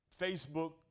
Facebook